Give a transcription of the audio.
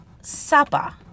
Supper